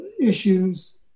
issues